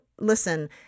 listen